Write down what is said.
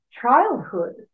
childhood